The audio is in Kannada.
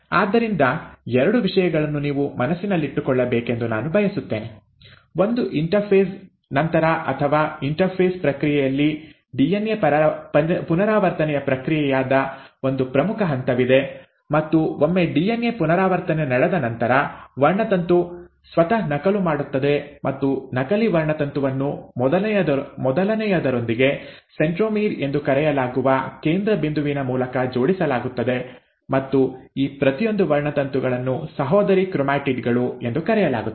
ಆದ್ದರಿಂದ ಎರಡು ವಿಷಯಗಳನ್ನು ನೀವು ಮನಸ್ಸಿನಲ್ಲಿಟ್ಟುಕೊಳ್ಳಬೇಕೆಂದು ನಾನು ಬಯಸುತ್ತೇನೆ ಒಂದು ಇಂಟರ್ಫೇಸ್ ನಂತರ ಅಥವಾ ಇಂಟರ್ಫೇಸ್ ಪ್ರಕ್ರಿಯೆಯಲ್ಲಿ ಡಿಎನ್ಎ ಪುನರಾವರ್ತನೆಯ ಪ್ರಕ್ರಿಯೆಯಾದ ಒಂದು ಪ್ರಮುಖ ಹಂತವಿದೆ ಮತ್ತು ಒಮ್ಮೆ ಡಿಎನ್ಎ ಪುನರಾವರ್ತನೆ ನಡೆದ ನಂತರ ವರ್ಣತಂತು ಸ್ವತಃ ನಕಲು ಮಾಡುತ್ತದೆ ಮತ್ತು ನಕಲಿ ವರ್ಣತಂತುವನ್ನು ಮೊದಲನೆಯದರೊಂದಿಗೆ ಸೆಂಟ್ರೊಮೀರ್ ಎಂದು ಕರೆಯಲಾಗುವ ಕೇಂದ್ರ ಬಿಂದುವಿನ ಮೂಲಕ ಜೋಡಿಸಲಾಗುತ್ತದೆ ಮತ್ತು ಈ ಪ್ರತಿಯೊಂದು ವರ್ಣತಂತುಗಳನ್ನು ಸಹೋದರಿ ಕ್ರೊಮ್ಯಾಟಿಡ್ ಗಳು ಎಂದು ಕರೆಯಲಾಗುತ್ತದೆ